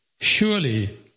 surely